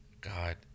God